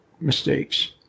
mistakes